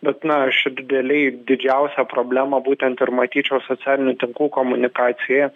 bet na aš dideliai didžiausią problemą būtent ir matyčiau socialinių tinklų komunikaciją